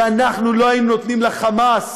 ואנחנו לא היינו נותנים ל"חמאס"